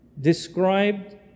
described